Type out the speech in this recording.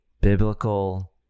biblical